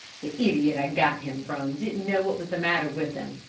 the idiot i got him from didn't know what was the matter with him.